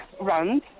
runs